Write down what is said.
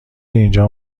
اینجا